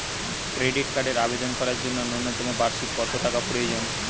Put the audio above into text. Credit কার্ডের আবেদন করার জন্য ন্যূনতম বার্ষিক কত টাকা প্রয়োজন?